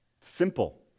Simple